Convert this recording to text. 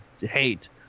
hate